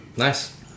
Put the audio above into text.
Nice